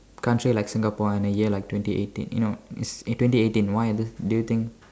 country like Singapore in a year like twenty eighteen you know in twenty eighteen why is this do you think